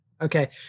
Okay